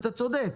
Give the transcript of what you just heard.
אתה צודק